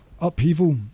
upheaval